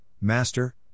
Master